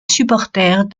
supporters